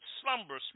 slumber